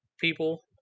people